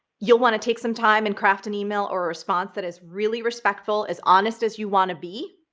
you'll wanna take some time and craft an email or response that is really respectful, as honest as you wanna be,